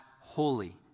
holy